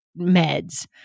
meds